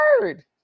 word